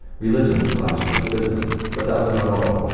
religion clashed with business, but that was not all.